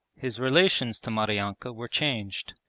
his relations to maryanka were changed.